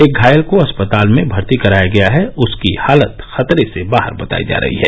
एक घायल को अस्पताल में भर्ती कराया गया है उसकी हालात खतरे से बाहर बतायी जा रही है